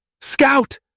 Scout